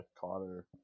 Connor